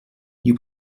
nie